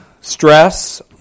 stress